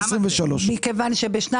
מכיוון שבשנים